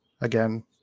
again